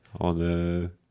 On